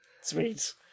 sweet